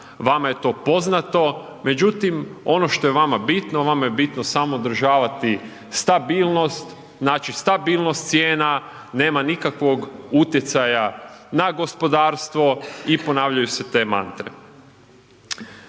vama je to poznato, međutim ono što je vama bitno, vama je bitno samo održavati stabilnost, znači stabilnost cijena, nema nikakvog utjecaja na gospodarstvo i ponavljaju se te mantre.